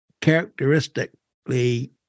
characteristically